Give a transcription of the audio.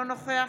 אינו נוכח